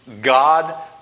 God